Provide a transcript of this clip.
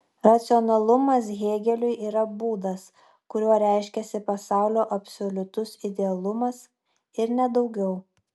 racionalumas hėgeliui yra būdas kuriuo reiškiasi pasaulio absoliutus idealumas ir ne daugiau